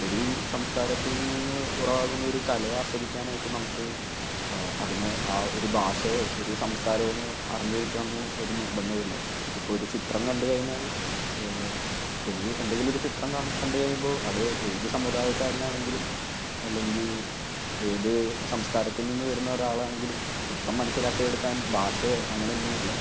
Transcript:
ഒരു സംസ്കാരത്തിൽ നിന്ന് ഉറവയാകുന്ന ഒരു കലയെ ആസ്വദിക്കാനായിട്ട് നമ്മൾക്ക് അതിന് അ ഒരു ഭാഷയോ ഒരു സംസ്കാരമോ അറിഞ്ഞിരിക്കണമെന്ന് ഒരു നിർബന്ധവുമില്ല ഇപ്പോൾ ഒരു ചിത്രം കണ്ടു കഴിഞ്ഞാൽ ഒരു എന്തെങ്കിലുമൊക്കെ ചിത്രം കണ്ടു കഴിയുമ്പോൾ അത് ഏത് സമുദായക്കാരനാണെങ്കിലും അല്ലെങ്കിൽ ഏത് സംസ്കാരത്തിൽ നിന്ന് വരുന്ന ഒരാളാണെങ്കിലും അ ചിത്രം മനസ്സിലാക്കിയെടുക്കാൻ അ ഭാഷയോ അങ്ങനെ ഒന്നുമില്ല